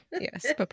Yes